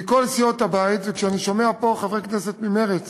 מכל סיעות הבית, וכשאני שומע פה חברי כנסת ממרצ